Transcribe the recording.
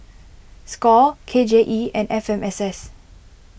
Score K J E and F M S S